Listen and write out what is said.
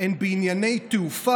עד 30 ביוני 2021,